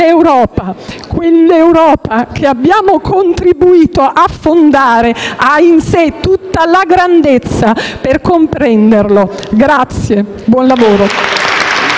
quell'Europa che abbiamo contribuito a fondare, ha in sé tutta la grandezza per comprenderlo. Grazie, buon lavoro.